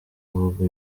kuvuga